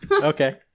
Okay